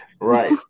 Right